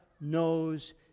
knows